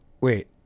wait